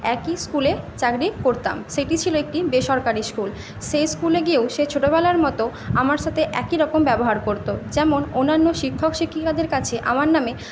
একই স্কুলে চাকরি করতাম সেটি ছিল একটি বেসরকারি স্কুল সেই স্কুলে গিয়েও সে ছোটোবেলার মতো আমার সাতে একইরকম ব্যবহার করতো যেমন অন্যান্য শিক্ষক শিক্ষিকাদের কাছে আমার নামে